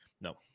No